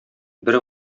бер